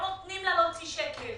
לא נותנים לה להוציא שקל,